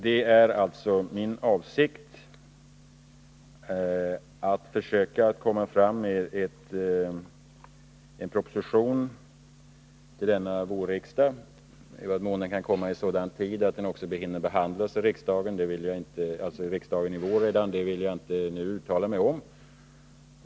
Det är alltså min avsikt att försöka lägga fram en proposition till denna vårriksdag. I vad mån den kan läggas fram i sådan tid att den också hinner behandlas av riksdagen under våren vill jag inte nu uttala mig om.